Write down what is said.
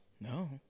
No